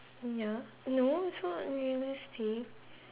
ya no it's not unrealistic